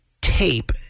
Tape